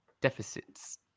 deficits